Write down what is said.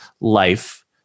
life